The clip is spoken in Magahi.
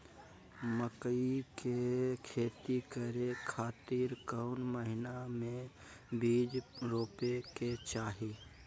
मकई के खेती करें खातिर कौन महीना में बीज रोपे के चाही?